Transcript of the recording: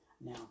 Now